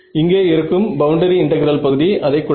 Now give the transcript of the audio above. இங்கே இருக்கும் boundary integral பகுதி அதை கொடுக்க